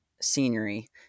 scenery